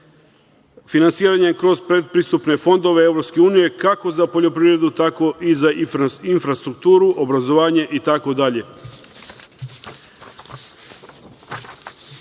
finansiranjem kroz predpristupne fondove Evropske unije, kako za poljoprivredu, tako i za infrastrukturu, obrazovanje, itd. Ovo